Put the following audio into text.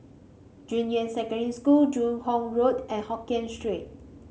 Junyuan Secondary School Joo Hong Road and Hokien Street